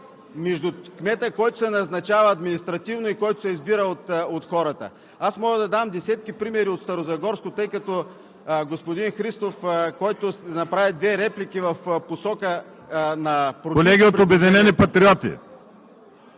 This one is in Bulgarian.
между кмета, който се назначава административно, и кмета, който се избира от хората. Мога да дам десетки примери от Старозагорско, тъй като господин Христов, който направи две реплики в посока... (Шум и реплики.)